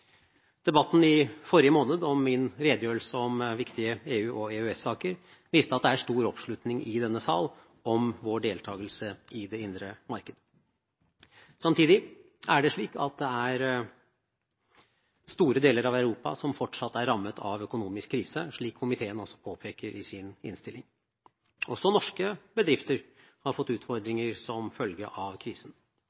Debatten i forrige måned om min redegjørelse om viktige EU- og EØS-saker viste at det er stor oppslutning i denne sal om vår deltakelse i det indre marked. Samtidig er det slik at store deler av Europa fortsatt er rammet av økonomisk krise, slik komiteen også påpeker i sin innstilling. Også norske bedrifter har fått